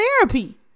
therapy